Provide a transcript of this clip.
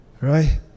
right